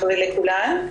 ולכולן.